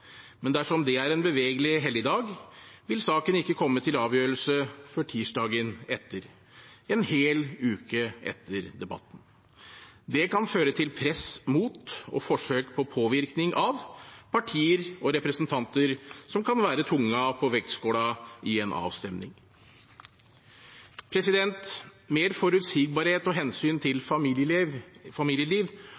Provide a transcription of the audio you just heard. Men dersom det er en bevegelig helligdag, vil saken ikke komme til avgjørelse før tirsdagen etter – en hel uke etter debatten. Det kan føre til press mot – og forsøk på påvirkning av – partier og representanter som kan være tungen på vektskålen i en avstemning. Mer forutsigbarhet og hensyn til